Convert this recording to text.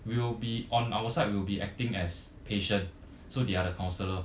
we will be on our side we'll be acting as patient so they are the counsellor